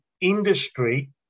industry